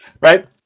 Right